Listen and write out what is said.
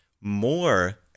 more